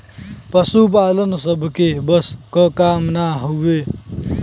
पसुपालन सबके बस क काम ना हउवे